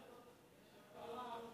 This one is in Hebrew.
במצב לא רע,